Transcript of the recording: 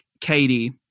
Katie